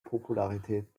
popularität